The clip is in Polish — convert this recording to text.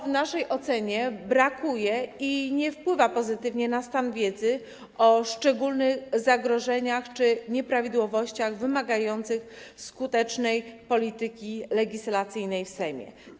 W naszej ocenie często tego brakuje, co nie wpływa pozytywnie na stan wiedzy o szczególnych zagrożeniach czy nieprawidłowościach wymagających skutecznej polityki legislacyjnej w Sejmie.